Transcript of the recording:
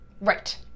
Right